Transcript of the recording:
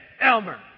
Elmer